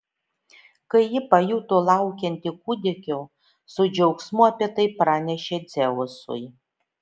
kai ji pajuto laukianti kūdikio su džiaugsmu apie tai pranešė dzeusui